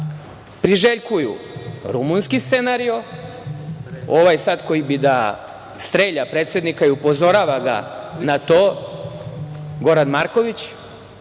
priželjkuju rumunski scenario, ovaj sada koji bi da strelja predsednika i upozorava ga na to, Goran Marković,